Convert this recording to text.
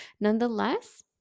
Nonetheless